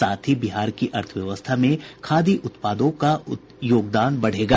साथ ही बिहार की अर्थव्यवस्था में खादी उत्पादों का योगदान बढ़ेगा